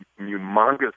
humongous